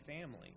family